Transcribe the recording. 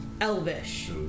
elvish